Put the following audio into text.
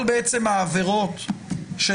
כל העבירות של